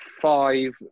five